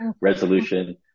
resolution